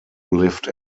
lived